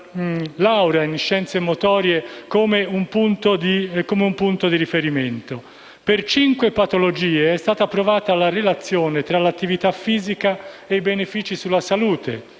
Per cinque patologie è stata approvata la relazione fra l'attività fisica e i benefici sulla salute: